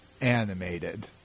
animated